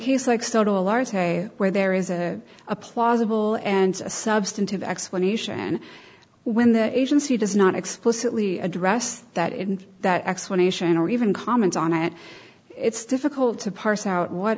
scale where there is a a plausible and substantive explanation when the agency does not explicitly addressed that in that explanation or even comment on it it's difficult to parse out what